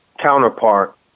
counterpart